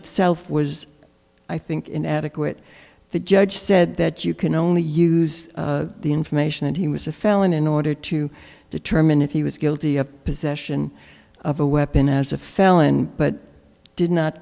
itself was i think inadequate the judge said that you can only use the information and he was a felon in order to determine if he was guilty of possession of a weapon as a felon but did not